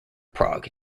prague